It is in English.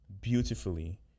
beautifully